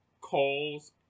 calls